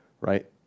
right